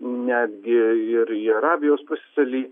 netgi ir į arabijos pusiasalį